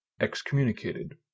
excommunicated